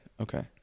Okay